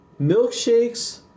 milkshakes